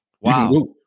Wow